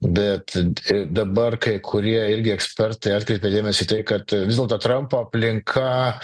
bet t dabar kai kurie irgi ekspertai atkreipia dėmesį į tai kad vis dėlto trampo aplinka